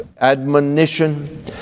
admonition